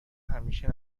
همیشه